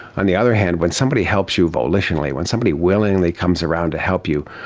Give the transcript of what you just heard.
on the other hand, when somebody helps you volitionally, when somebody willingly comes around to help you,